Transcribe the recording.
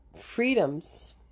freedoms